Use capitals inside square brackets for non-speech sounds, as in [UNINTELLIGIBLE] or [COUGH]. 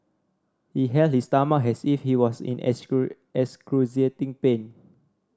he held his stomach has if he was in [UNINTELLIGIBLE] excruciating pain